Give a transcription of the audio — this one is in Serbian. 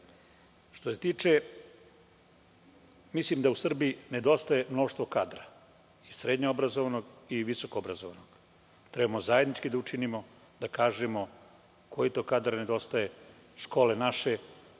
poto da završimo. Mislim da u Srbiji nedostaje mnoštvo kadra, i srednje obrazovanog i visoko obrazovanog. Trebamo zajednički da učinimo, da kažemo koji to kadar nedostaje. Naše